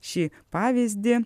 šį pavyzdį